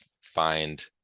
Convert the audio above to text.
find